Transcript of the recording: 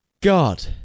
god